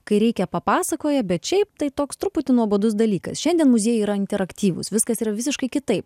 kai reikia papasakoja bet šiaip tai toks truputį nuobodus dalykas šiandien muziejai yra interaktyvūs viskas yra visiškai kitaip